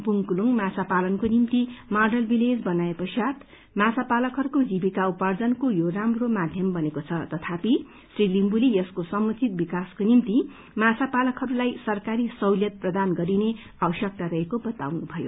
बुंगकुलुंग माछा पालनको निम्ति माडल विपेज बनाइएवापत् माछा पालकहरूको जीविका उपार्जनको यो राम्रो माध्यम बनेको छ तथापि श्री लिम्बुले यसको समुचित विकासको निम्ति माछाा पालकहरूलाई सरकारी सहुलियत प्रदान गरिने आवश्यकता रहेको बताउनु भयो